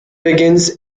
begins